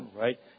right